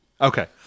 Okay